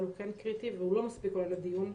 הוא כן קריטי וחשוב והוא לא מספיק עולה לדיון.